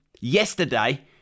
yesterday